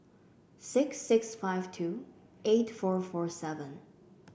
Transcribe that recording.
six six five two eight four four seven